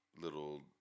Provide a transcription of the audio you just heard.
little